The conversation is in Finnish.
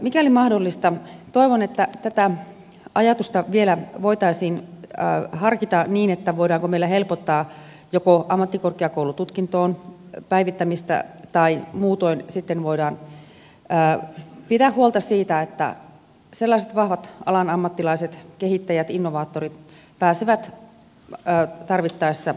mikäli mahdollista toivon että tätä ajatusta vielä voitaisiin harkita niin että voidaan meillä helpottaa joko ammattikorkeakoulututkintoon päivittämistä tai muutoin sitten voidaan pitää huolta siitä että sellaiset vahvat alan ammattilaiset kehittäjät innovaattorit pääsevät tarvittaessa ammatilliseen opettajakorkeakouluun